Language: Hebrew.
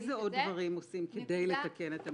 איזה עוד דברים עושים כדי לתקן את המעוות?